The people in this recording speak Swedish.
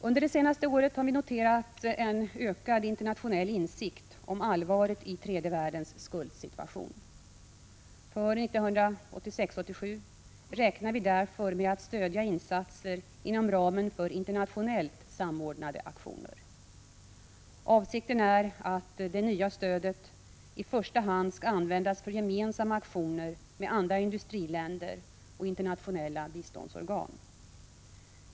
Under det senaste året har vi noterat en ökad internationell insikt om allvaret i tredje världens skuldsituation. För 1986/87 räknar vi därför med att stödja insatser inom ramen för internationellt samordnade aktioner. Avsikten är att det nya stödet i första hand skall användas för gemensamma aktioner med andra industriländer och internationella biståndsorgan.